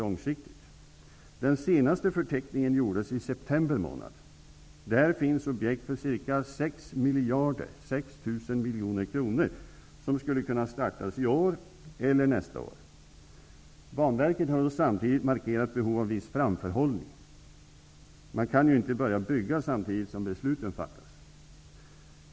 Den senaste förteckningen gjordes i september månad. Där finns objekt för ca 6 miljarder, 6 000 miljoner kronor, som skulle kunna startas i år eller nästa år. Banverket har samtidigt markerat behov av viss framförhållning. Man kan inte börja bygga samtidigt som besluten fattas.